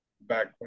back